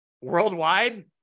worldwide